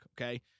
okay